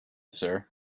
sir